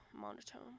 monotone